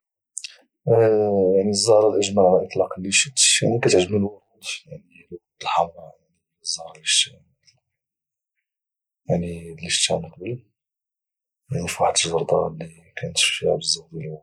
الزهره الاجمل اللي اشتروا الاطلاق يعني كتعجبني الورود يعني الورود الحمراء يعني هي الزهره اللي شت يعني اللي شفتها من قبل يعني في واحد الجرده اللي كانت فيها بزاف ديال الورود